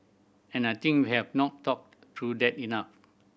and I think we have not talked through that enough